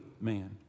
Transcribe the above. man